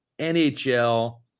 NHL